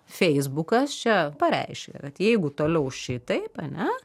feisbukas čia pareiškė kad jeigu toliau šitaip ane